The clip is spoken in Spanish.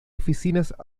oficinas